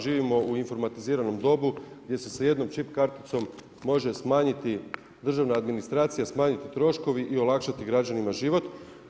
Živimo u informatiziranom dobu gdje se sa jednom čip karticom može smanjiti državna administracija, smanjiti troškovi i olakšati građanima život.